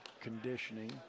conditioning